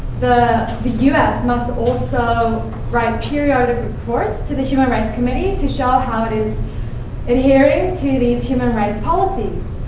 the the us must also write periodic reports to the human rights committee to show how it is adhering to these human rights policies.